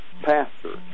pastor